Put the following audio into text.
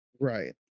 Right